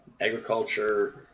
agriculture